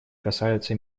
касаются